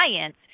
science